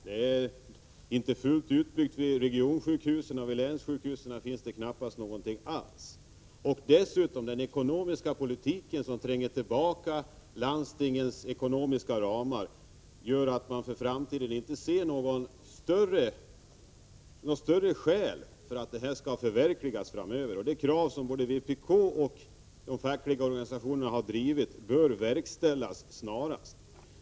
Det är inte fullt utbyggt vid regionsjukhusen, och vid länssjukhusen finns knappast någonting alls. Dessutom tränger den ekonomiska politiken tillbaka landstingens ekonomiska ramar, vilket gör att man inte har några förhoppningar om att denna utbyggnad skall kunna förverkligas framöver. Det krav som både vpk och de fackliga organisationerna har drivit bör snarast tillgodoses.